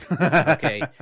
Okay